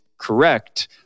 correct